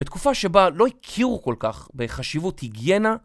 בתקופה שבה לא הכירו כל כך בחשיבות היגינה